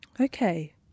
Okay